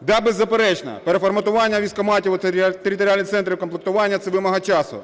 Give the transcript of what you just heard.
Да, беззаперечно, переформатування військкоматів у територіальні центри комплектування – це вимога часу.